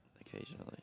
occasionally